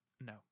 no